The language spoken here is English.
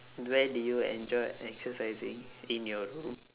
where do you enjoy exercising in your room